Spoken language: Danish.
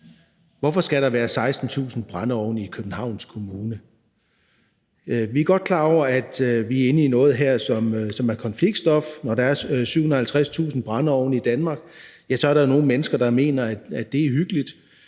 Hvorfor skal der være 16.000 brændeovne i Københavns Kommune? Vi er godt klar over, at vi er inde i noget her, som er konfliktstof. Når der er 750.000 brændeovne i Danmark, er der jo nogle mennesker, der mener, at det er hyggeligt.